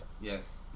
Yes